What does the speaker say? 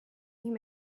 him